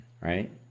Right